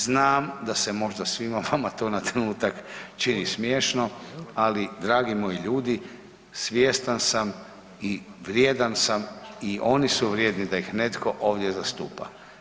Znam da se možda svima vama to na trenutak čini smiješno, ali dragi moji ljudi, svjestan sam i vrijedan sam i oni su vrijedni da ih netko ovdje zastupa.